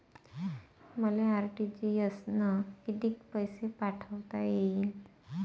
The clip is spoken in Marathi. मले आर.टी.जी.एस न कितीक पैसे पाठवता येईन?